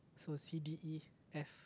so C D E F